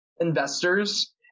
investors